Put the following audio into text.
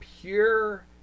pure